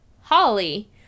Holly